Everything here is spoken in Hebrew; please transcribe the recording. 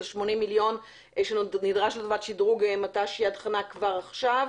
של 80 מיליון שנדרש לטובת שדרוג מט"ש יד חנה כבר עכשיו.